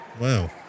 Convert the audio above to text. Wow